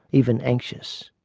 even anxious,